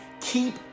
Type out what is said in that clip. Keep